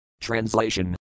Translation